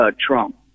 Trump